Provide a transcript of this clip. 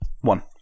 One